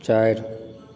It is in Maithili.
चारि